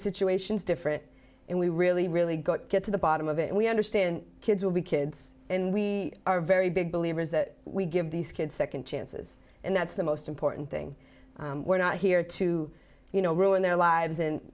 situation is different and we really really got to get to the bottom of it and we understand kids will be kids and we are very big believers that we give these kids nd chances and that's the most important thing we're not here to you know ruin their lives and